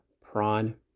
Prawn